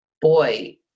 Boy